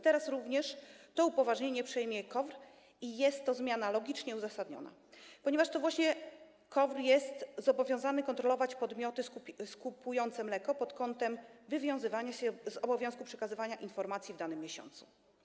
Teraz również to upoważnienie przejmie KOWR i jest to zmiana logicznie uzasadniona, ponieważ to właśnie KOWR jest zobowiązany kontrolować podmioty skupujące mleko pod kątem wywiązywania się z obowiązku przekazywania informacji w danym miesiącu.